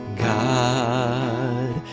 God